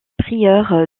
prieur